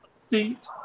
feet